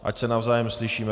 Ať se navzájem slyšíme.